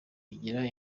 bigira